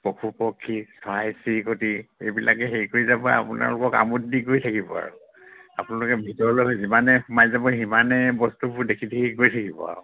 পশু পক্ষী চৰাই চিৰিকতি এইবিলাকে হেৰি কৰি যাব আপোনালোকক আমোদ দি গৈ থাকিব আৰু আপোনালোকে ভিতৰলৈ যিমানে সোমাই যাব সিমানেই বস্তুবোৰ দেখি দেখি গৈ থাকিব আৰু